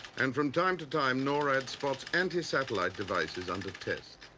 and from time to time norad spots anti-satellite devices under test.